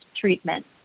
treatment